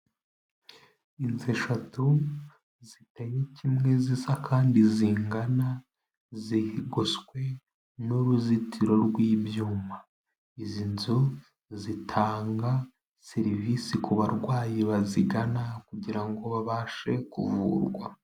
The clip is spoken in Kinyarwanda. Inzu eshatu ziteye kimwe zisa kandi zingana, zigoswe n'uruzitiro rw'ibyuma, izi nzu zitanga serivisi ku barwayi bazigana kugira ngo babashe kuvurwa.